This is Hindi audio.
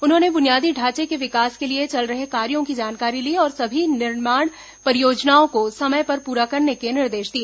उन्होंने बुनियादी ढांचे के विकास के लिए चल रहे कार्यो की जानकारी ली और सभी निर्माण परियोजनाओं को समय पर पूरा करने के निर्देश दिए